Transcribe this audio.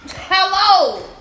Hello